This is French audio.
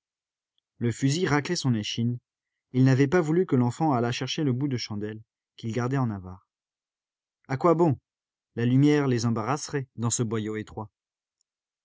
le fusil raclait son échine il n'avait pas voulu que l'enfant allât chercher le bout de chandelle qu'il gardait en avare a quoi bon la lumière les embarrasserait dans ce boyau étroit